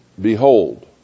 behold